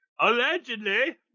Allegedly